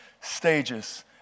stages